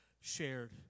shared